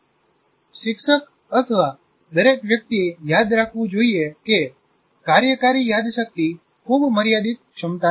શિક્ષક અથવા દરેક વ્યક્તિએ યાદ રાખવું જોઈએ કે કાર્યકારી યાદશક્તિ ખૂબ મર્યાદિત ક્ષમતાની છે